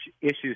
issues